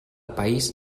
país